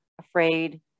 afraid